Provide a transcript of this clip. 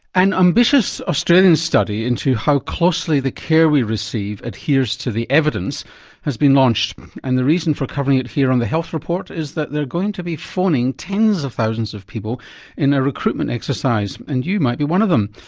an ambitious australian study into how closely the care we receive adheres to the evidence has been launched and the reason for covering it here on the health report is that they're going to be phoning tens of thousands of people in a recruitment exercise and you might be one of them.